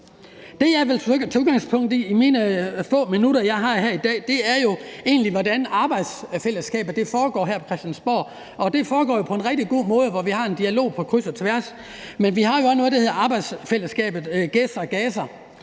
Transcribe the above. Det, jeg vil tage udgangspunkt i i mine få minutter, jeg har her i dag, er jo egentlig, hvordan arbejdsfællesskabet er her på Christiansborg, og det foregår jo på en rigtig god måde, hvor vi har en dialog på kryds og tværs. Men vi har jo også noget, der hedder arbejdsfællesskabet gæs og gaser.